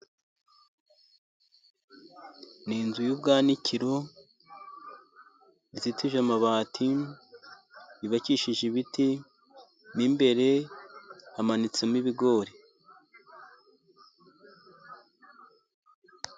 Ni inzu y'ubwanikiro izitije amabati, y'ubakishije ibiti, mo imbere hamanitsemo ibigori.